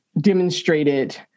demonstrated